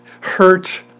hurt